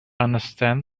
understand